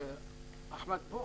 אחמד פה?